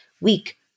week